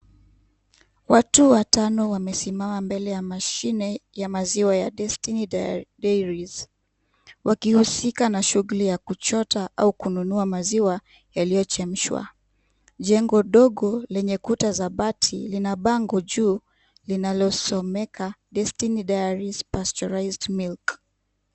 Watu watano wamesimama mbele ya mashine ya destiny diary dairies wakihusika na shughuli ya kuchota au kununua maziwa maziwa yaliyochemshwa. Jengo dogo lenye kuta za bati lina bango juu linalosomeka destiny diaries pastoraised milk.